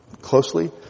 closely